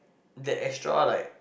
that extra like